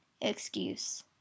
excuse